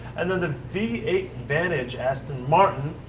and then the v eight vantage aston martin